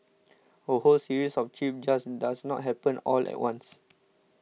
a whole series of trips just does not happen all at once